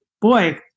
boy